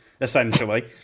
essentially